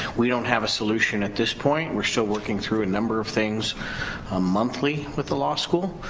we don't have a solution at this point we're still working through a number of things ah monthly with the law school,